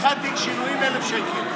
פתיחת תיק שינויים, 1,000 שקלים.